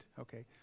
Okay